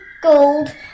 gold